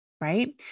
Right